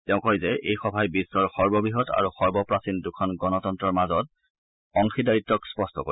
তেওঁ কয় যে এই সভাই বিশ্বৰ সৰ্ববৃহৎ আৰু সৰ্বপ্ৰাচীন দুখন গণতন্তৰ মাজত অংশীদাৰিত্বক স্পষ্ট কৰিব